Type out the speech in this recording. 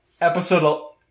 episode